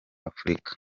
afurika